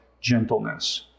gentleness